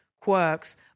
quirks